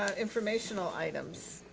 ah informational items.